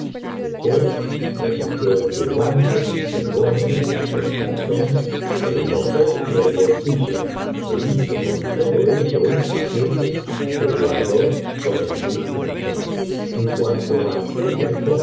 después recogió el turbante el gorro los calzones el ropón y el bolsillo é hizo con todo ello un paquete que guardó con el misino esmero en cuanto